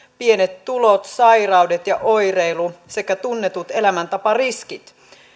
pienet tulot sairaudet ja oireilu sekä tunnetut elämäntapariskit